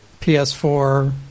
PS4